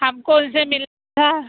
हमको उनसे मिलना